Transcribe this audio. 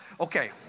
Okay